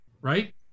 right